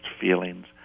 feelings